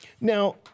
Now